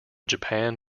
japan